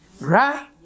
Right